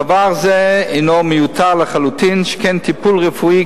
דבר זה הינו מיותר לחלוטין שכן טיפול רפואי,